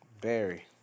Barry